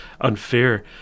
unfair